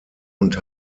und